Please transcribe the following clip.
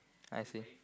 I see